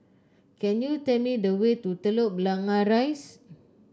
can you tell me the way to Telok Blangah Rise